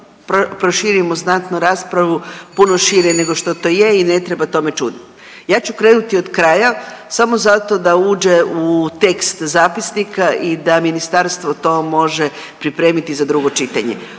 proširimo znatno raspravu puno šire nego što to je i ne treba tome čudit. Ja ću krenut od kraja samo zato da uđe u tekst zapisnika i da ministarstvo to može pripremiti za drugo čitanje.